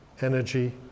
energy